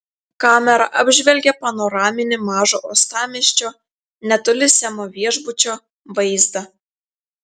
kamera apžvelgė panoraminį mažo uostamiesčio netoli semo viešbučio vaizdą